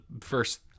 first